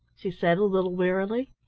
she said a little wearily.